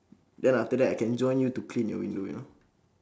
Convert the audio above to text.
then after that I can join you to clean your window you know